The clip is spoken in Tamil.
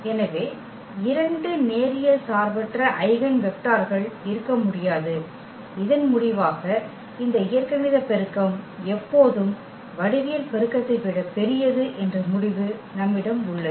எனவே இரண்டு நேரியல் சார்பற்ற ஐகென் வெக்டர்கள் இருக்க முடியாது இதன் முடிவாக இந்த இயற்கணித பெருக்கம் எப்போதும் வடிவியல் பெருக்கத்தை விட பெரியது என்ற முடிவு நம்மிடம் உள்ளது